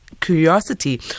Curiosity